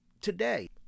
today